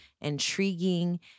intriguing